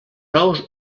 nous